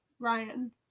Ryan